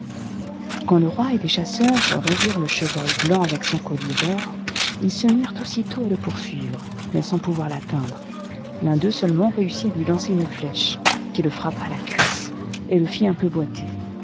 quand le roi et les chasseurs revirent le chevreuil blanc avec son collier d'or ils se mirent aussitôt à le poursuivre mais sans pouvoir l'atteindre l'un d'eux seulement réussit à lui lancer une flèche qui le frappa à la cuisse et le fit un peu boiter